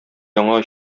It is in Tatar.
яңа